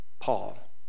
Paul